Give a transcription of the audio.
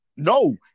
No